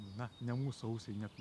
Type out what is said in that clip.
na ne mūsų ausiai ne